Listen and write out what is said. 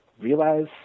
realize